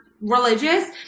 religious